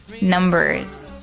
numbers